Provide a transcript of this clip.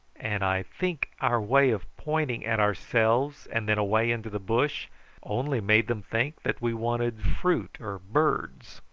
and i think our way of pointing at ourselves and then away into the bush only made them think that we wanted fruit or birds.